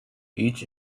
each